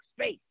space